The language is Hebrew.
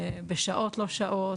בשעות לא שעות,